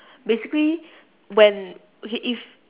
basically when okay if